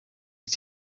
ich